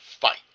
fight